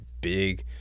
big